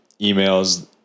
emails